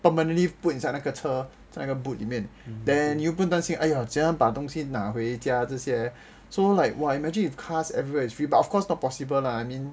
permanently put inside 那个车在那个 boot 里面 then 又不用担心 !aiya! 怎样把东西拿回家这些 so like !wah! imagine if cars everywhere is free but of course not possible lah I mean